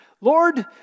Lord